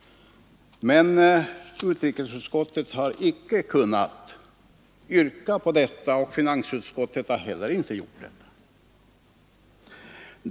Men utrikesutskottet har icke kunnat yrka på detta, och finansutskottet har heller inte gjort det.